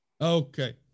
Okay